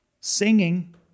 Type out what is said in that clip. Singing